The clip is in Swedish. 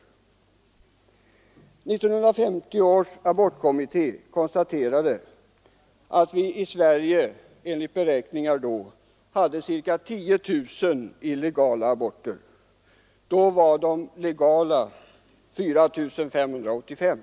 1950 års abortkommitté konstaterade att vi i Sverige enligt beräkningar då hade ca 10 000 illegala aborter, medan antalet legala var 4 585.